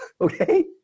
okay